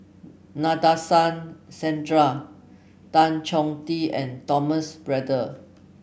Nadasen Chandra Tan Chong Tee and Thomas Braddell